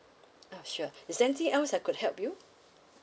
oh sure is there anything else I could help you